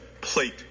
Plate